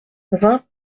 vingt